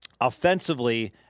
offensively